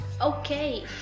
Okay